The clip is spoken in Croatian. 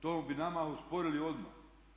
To bi nama osporili odmah.